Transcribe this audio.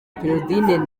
perraudin